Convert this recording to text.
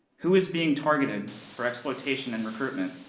who is being targeted for exploitation and recruitment?